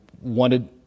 wanted